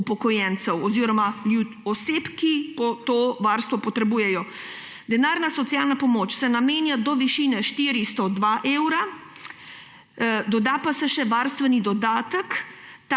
upokojencev oziroma oseb, ki to varstvo potrebujejo. Denarna socialna pomoč se namenja do višine 402 evra, doda pa se še varstveni dodatek